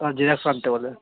আর xerox আনতে বলবে